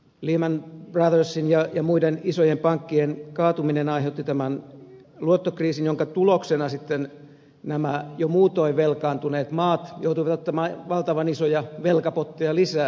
lehman brothersin ja muiden isojen pankkien kaatuminen aiheutti tämän luottokriisin jonka tuloksena sitten nämä jo muutoin velkaantuneet maat joutuivat ottamaan valtavan isoja velkapotteja lisää